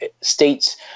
states